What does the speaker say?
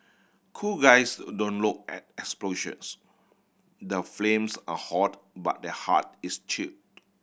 cool guys don't low at explosions the flames are hot but their heart is chilled